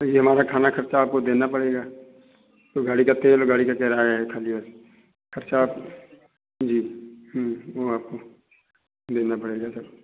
जी हमारा खाना खर्चा आपको देना पड़ेगा ये गाड़ी का तेल और गाड़ी का किराया है ख़ाली और खर्चा जी हम वो आपको देना पड़ेगा सर